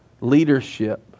leadership